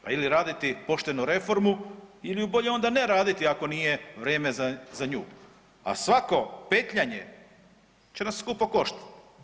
Pa ili raditi pošteno reformu ili ju bolje onda ne raditi ako nije vrijeme za nju, a svako petljanje će nas skupo koštat.